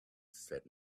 said